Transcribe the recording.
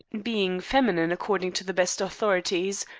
being feminine according to the best authorities,